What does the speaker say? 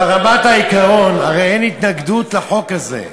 ברמת העיקרון, הרי אין התנגדות לחוק הזה,